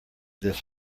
this